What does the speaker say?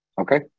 Okay